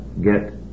get